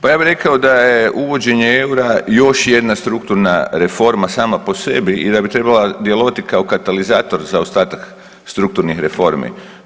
Pa ja bi rekao da je uvođenje eura još jedna strukturna reforma sama po sebi i da bi trebala djelovati kao katalizator za ostatak strukturnih reformi.